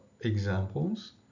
examples